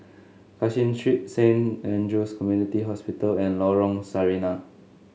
Cashin Street Saint Andrew's Community Hospital and Lorong Sarina